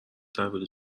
تحویل